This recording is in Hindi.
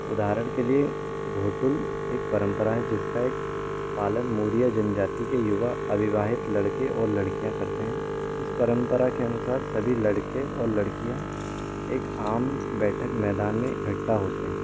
उदाहरण के लिए घोटुल एक परम्परा है जिसका एक पालन मोरिया जनजाति के युवा अविवाहित लड़के और लड़कियाँ करते हैं इस परम्परा के अनुसार सभी लड़के और लड़कियाँ एक आम बैठक मैदान में इकट्ठा होते हैं